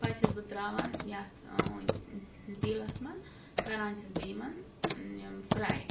پَتہٕ چھَس بہٕ ترٛاوان یَتھ تیٖلَس مَنٛزنٛز کَران چھَس بہٕ یِمَن فرٛے